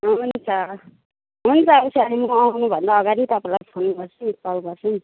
हुन्छ हुन्छ हुन्छ म आउनुभन्दा अगाडि तपाईँलाई फोन गर्छु नि कल गर्छु नि